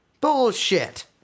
Bullshit